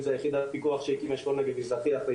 אם זה יחידת פיקוח אשכול נגב מזרחי אחרי